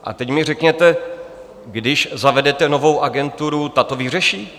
A teď mi řekněte, když zavedete novou agenturu, ta to vyřeší?